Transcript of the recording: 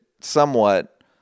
somewhat